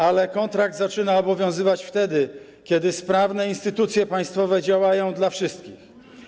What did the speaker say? Ale kontrakt zaczyna obowiązywać wtedy, kiedy sprawne instytucje państwowe działają dla wszystkich.